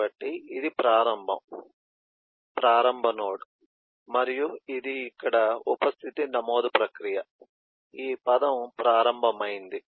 కాబట్టి ఇది ప్రారంబం ప్రారంభ నోడ్ మరియు ఇది ఇక్కడ ఉప స్థితి నమోదు ప్రక్రియ ఈ పదం ప్రారంభమైంది